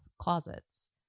closets